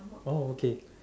oh okay